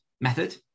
method